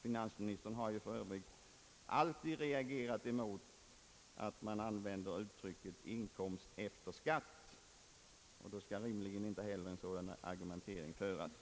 Finansministern har för övrigt alltid reagerat mot användandet av uttrycket inkomst efter skatt; hans argumentering är egentligen bara en annan variant av samma tema.